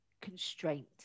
constraint